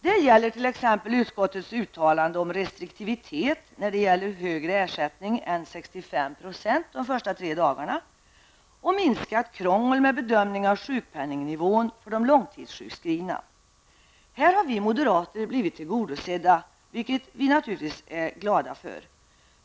Det gäller t.ex. utskottets uttalande om restriktivitet i fråga om högre ersättning än 65 % de första tre dagarna och minskat krångel med bedömning av sjukpenningnivån för de långtidssjukskrivna. Här har vi moderater blivit tillgodosedda, vilket vi naturligtvis är glada för.